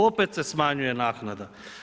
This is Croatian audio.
Opet se smanjuje naknada.